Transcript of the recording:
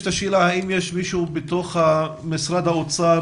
יש את השאלה האם יש מישהו בתוך משרד האוצר